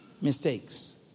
Mistakes